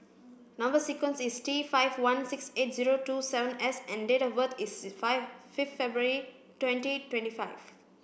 number sequence is T five one six eight zero two seven S and date of birth is fifth February twenty twenty five